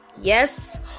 yes